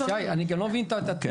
שי, אני גם לא מבין את הטרוניה.